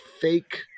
fake